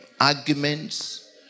arguments